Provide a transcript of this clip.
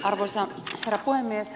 arvoisa herra puhemies